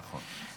נכון.